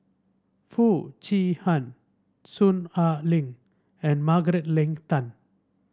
Foo Chee Han Soon Ai Ling and Margaret Leng Tan